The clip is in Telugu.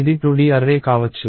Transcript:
ఇది 2D అర్రే కావచ్చు